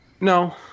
no